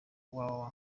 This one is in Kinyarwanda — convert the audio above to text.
www